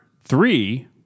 three